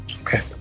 Okay